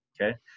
Okay